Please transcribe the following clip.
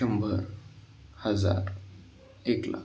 शंभर हजार एक लाख